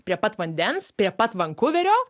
prie pat vandens prie pat vankuverio